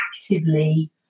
actively